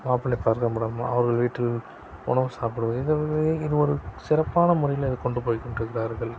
மாப்பிள்ளை பார்க்கும் படலம் அவர்கள் வீட்டில் உணவு சாப்புடுவது இது இது ஒரு சிறப்பான முறையில் இது கொண்டு போய் கொண்டிருக்கிறார்கள்